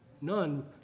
none